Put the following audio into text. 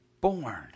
born